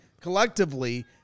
collectively